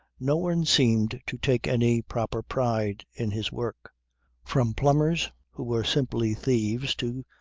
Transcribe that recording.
no one seemed to take any proper pride in his work from plumbers who were simply thieves to,